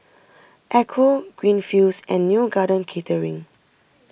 Ecco Greenfields and Neo Garden Catering